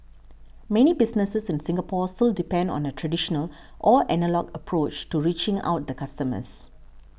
many businesses in Singapore still depend on a traditional or analogue approach to reaching out to customers